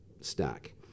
stack